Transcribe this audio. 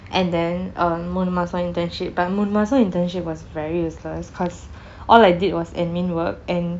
and then um மூனு மாசம்:moonu maasam internship but மூனு மாசம்:moonu maasam internship was very useless cause all I did was admin work and